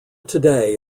today